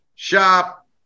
Shop